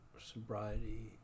sobriety